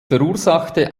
verursachte